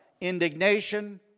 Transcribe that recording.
Indignation